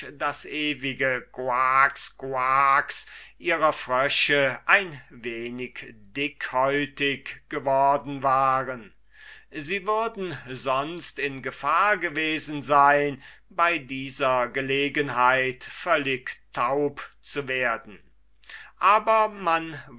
das ewige koax koax ihrer frösche ein wenig dickhäutig geworden waren sie würden sonst in gefahr gewesen sein bei dieser gelegenheit völlig taub zu werden aber